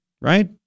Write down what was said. right